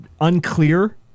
unclear